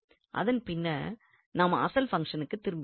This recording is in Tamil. அதன் பின்னர் நாம் அசல் பங்ஷன்க்கு திரும்புகிறோம்